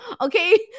Okay